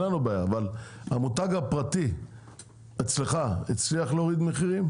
אבל המותג הפרטי אצלך הצליח להוריד מחירים?